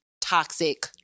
toxic